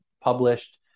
published